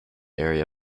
area